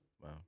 Wow